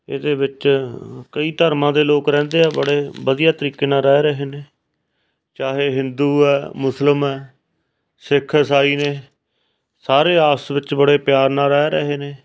ਇਹਦੇ ਵਿੱਚ ਕਈ ਧਰਮਾਂ ਦੇ ਲੋਕ ਰਹਿੰਦੇ ਆ ਬੜੇ ਵਧੀਆ ਤਰੀਕੇ ਨਾਲ ਰਹਿ ਰਹੇ ਨੇ ਚਾਹੇ ਹਿੰਦੂ ਹੈ ਮੁਸਲਿਮ ਹੈ ਸਿੱਖ ਇਸਾਈ ਨੇ ਸਾਰੇ ਆਪਸ ਵਿੱਚ ਬੜੇ ਪਿਆਰ ਨਾਲ ਰਹਿ ਰਹੇ ਨੇ